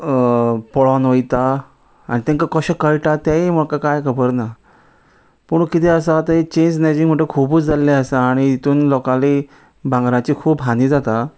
पळोन वयता आनी तेंकां कशें कळटा तेय म्हाका कांय खबर ना पूण कितें आसा ते चेन स्नॅजींग म्हणटा खूबूच जाल्ले आसा आनी हितून लोकांनी भांगराची खूब हानी जाता